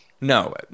No